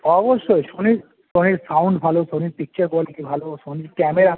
অবশ্যই সোনির সোনির সাউন্ড ভালো সোনির পিকচার কোয়ালিটি ভালো সোনির ক্যামেরা